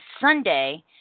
Sunday